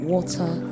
Water